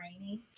rainy